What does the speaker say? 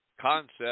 concept